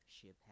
ship